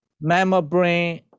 membrane